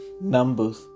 Numbers